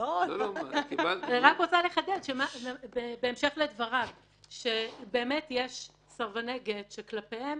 לדבריו אני רוצה לחדד שיש באמת סרבני גט שכלפיהן